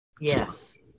Yes